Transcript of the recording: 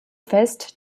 fest